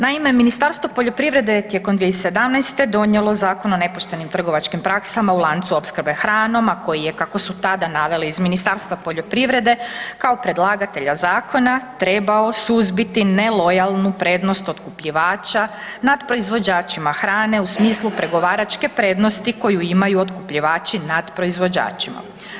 Naime, Ministarstvo poljoprivrede je tijekom 2017. donijelo zakon o nepoštenim trgovačkim praksama u lancu opskrbe hranom, a koji je, kako su tada naveli iz Ministarstva poljoprivrede kao predlagatelja zakona, trebao suzbiti nelojalnu prednost otkupljivača nad proizvođačima hrane u smislu pregovaračke prednosti koju imaju otkupljivači nad proizvođačima.